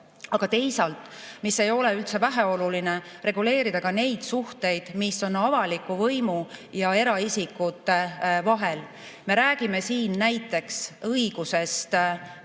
Aga teisalt, mis ei ole üldse väheoluline, tahetakse reguleerida neid suhteid, mis on avaliku võimu ja eraisikute vahel. Me räägime siin näiteks diplomaadi